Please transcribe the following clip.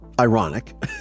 ironic